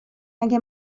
اگه